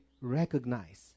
recognize